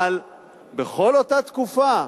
אבל בכל אותה תקופה,